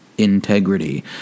integrity